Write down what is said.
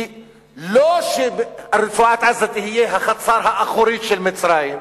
היא לא שרצועת-עזה תהיה החצר האחורית של מצרים.